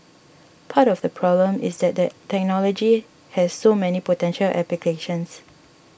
part of the problem is that the technology has so many potential applications